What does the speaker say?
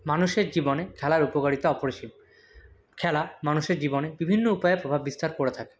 মানুষের জীবনে খেলার উপকারিতা অপরিসীম খেলা মানুষের জীবনে বিভিন্ন উপায়ে প্রভাব বিস্তার করে থাকে